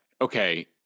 okay